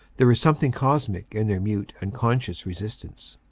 there is something cosmic in their mute unconscious resistance,